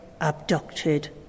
abducted